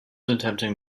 attempting